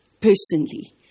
personally